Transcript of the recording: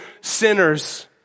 sinners